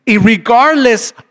regardless